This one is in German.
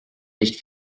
nicht